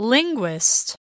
Linguist